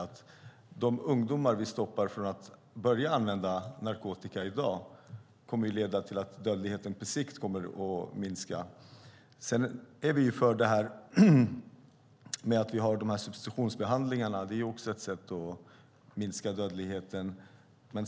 Genom att stoppa ungdomar från att börja använda narkotika kommer den narkotikarelaterade dödligheten på sikt att minska. Vi är positiva till de substitionsbehandlingar vi har. Det är också ett sätt att minska dödligheten.